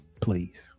please